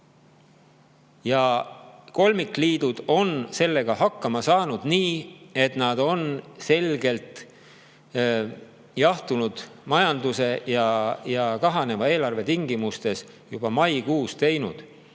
Kolmikliidud on sellega hakkama saanud nii, et nad on selgelt jahtunud majanduse ja kahaneva eelarve tingimustes juba maikuus teinud